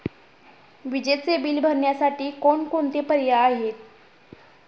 विजेचे बिल भरण्यासाठी कोणकोणते पर्याय आहेत?